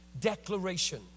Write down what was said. declaration